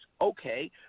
Okay